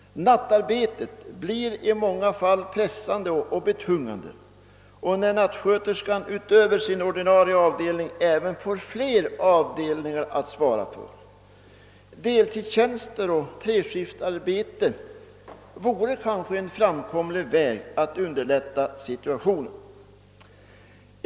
Nattarbetet blir i många fall pressande när nattsköterskan utöver sin ordinarie avdelning får fler avdelningar att svara för. Deltidstjänster och treskiftsarbete vore kanske framkomliga vägar för att underlätta situationen.